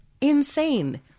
insane